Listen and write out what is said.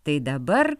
tai dabar